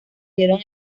dieron